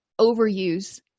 overuse